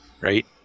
Right